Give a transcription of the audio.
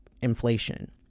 inflation